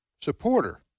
supporter